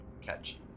catch